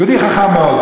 יהודי חכם מאוד.